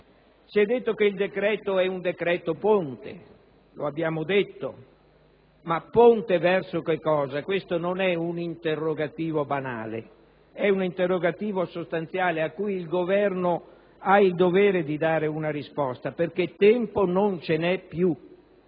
Si è detto che il provvedimento è un decreto ponte, ma ponte verso che cosa? Questo non è un interrogativo banale, è un interrogativo sostanziale, a cui il Governo ha il dovere di dare una risposta, perché tempo non ce n'è più.